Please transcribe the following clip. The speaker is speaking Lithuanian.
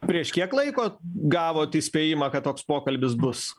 prieš kiek laiko gavot įspėjimą kad toks pokalbis bus